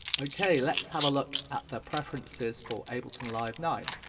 okay let's have a look at the preferences for ableton live nine.